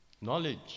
Knowledge